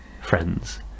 friends